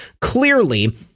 clearly